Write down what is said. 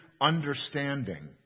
understanding